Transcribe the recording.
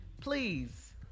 Please